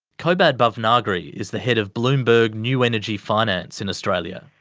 kobad bhavnagri is the head of bloomberg new energy finance in australia.